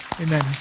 Amen